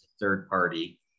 third-party